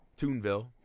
toonville